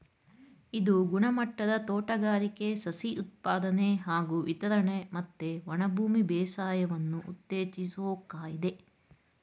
ಇದು ಗುಣಮಟ್ಟದ ತೋಟಗಾರಿಕೆ ಸಸಿ ಉತ್ಪಾದನೆ ಹಾಗೂ ವಿತರಣೆ ಮತ್ತೆ ಒಣಭೂಮಿ ಬೇಸಾಯವನ್ನು ಉತ್ತೇಜಿಸೋದಾಗಯ್ತೆ